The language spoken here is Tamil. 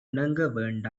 இணங்க